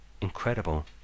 Incredible